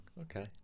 Okay